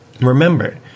Remember